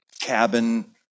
cabin